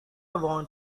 want